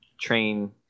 train